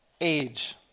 Age